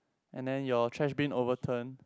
and then your trash bin overturn